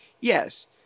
Yes